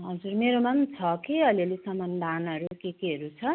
हजुर मेरोमा पनि छ कि अलिअलि सामान धानहरू के केहरू छ